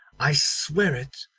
i swear it,